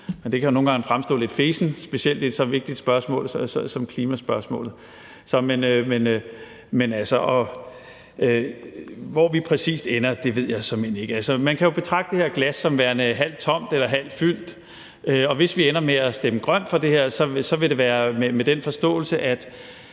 det kan jo nogle gange fremstå lidt fesent, specielt i et så vigtigt spørgsmål som klimaspørgsmålet. Men altså, hvor vi præcis ender, ved jeg såmænd ikke. Man kan jo betragte det her glas som værende halvt tomt eller halvt fyldt, og hvis vi ender med at stemme grønt til det her, vil det være med den forståelse,